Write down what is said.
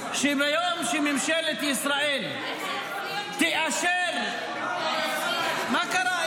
שביום שממשלת ישראל תאשר ------ מה קרה?